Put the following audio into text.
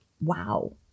Wow